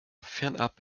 fernab